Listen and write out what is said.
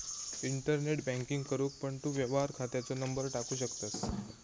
internet banking करूक पण तू व्यवहार खात्याचो नंबर टाकू शकतंस